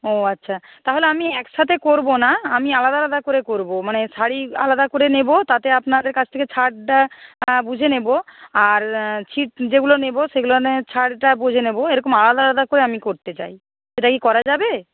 ও আচ্ছা তাহলে আমি একসাথে করব না আমি আলাদা আলাদা করে করব মানে শাড়ি আলাদা করে নেব তাতে আপনাদের কাছ থেকে ছাড়টা বুঝে নেব আর ছিট যেগুলো নেব সেগুলো না হয় ছাড়টা বুঝে নেব এরকম আলাদা আলাদা করে আমি করতে চাই সেটা কি করা যাবে